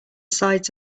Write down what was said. sides